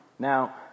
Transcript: Now